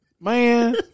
Man